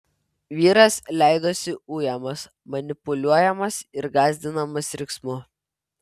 vyras leidosi ujamas manipuliuojamas ir gąsdinamas riksmu